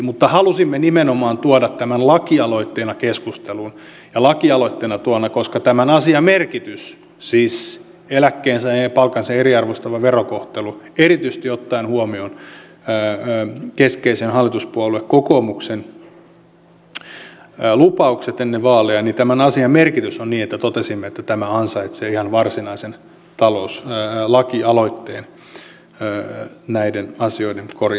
mutta halusimme tuoda tämän keskusteluun nimenomaan lakialoitteena koska tämän asian merkitys siis eläkkeensaajien ja palkansaajien eriarvoistava verokohtelu erityisesti ottaen huomioon keskeisen hallituspuolue kokoomuksen lupaukset ennen vaaleja on niin suuri että totesimme että tämä ansaitsee ihan varsinaisen lakialoitteen näiden asioiden korjaamiseksi